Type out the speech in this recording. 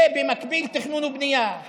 במקביל תכנון ובנייה.